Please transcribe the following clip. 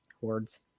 Hordes